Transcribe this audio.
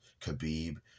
Khabib